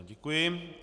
Děkuji.